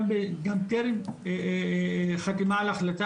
גם טרם חתמה על ההחלטה,